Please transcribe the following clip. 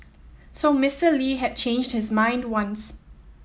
so Mister Lee had changed his mind once